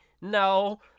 No